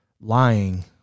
lying